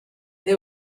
they